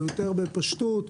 ובפשטות,